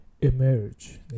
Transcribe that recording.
emerge